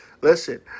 listen